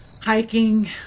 hiking